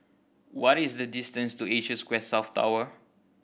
what is the distance to Asia Square South Tower